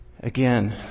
Again